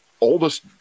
oldest